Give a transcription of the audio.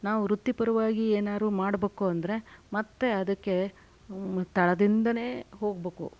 ನಾವು ವೃತ್ತಿಪರವಾಗಿ ಏನಾದ್ರೂ ಮಾಡಬೇಕು ಅಂದರೆ ಮತ್ತೆ ಅದಕ್ಕೆ ತಳದಿಂದನೇ ಹೋಗಬೇಕು